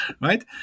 right